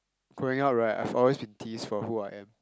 growing up right I've always been teased for who I am